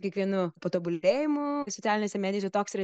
kiekvienu patobulėjimu socialinėse medijose toks yra